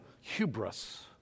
hubris